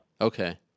Okay